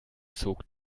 zog